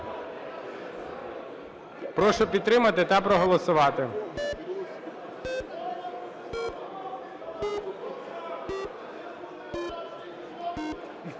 Прошу підтримати та проголосувати.